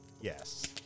yes